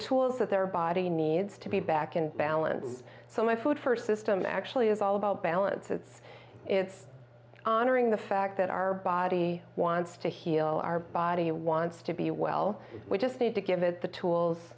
tools that their body needs to be back in balance so my food first system actually is all about balance it's it's honoring the fact that our body wants to heal our body wants to be well we just need to give it the tools